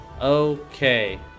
Okay